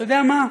אתה יודע מה?